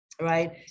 right